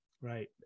Right